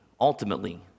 ultimately